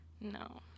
No